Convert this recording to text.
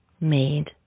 made